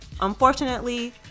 Unfortunately